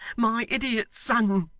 my idiot son